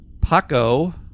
Paco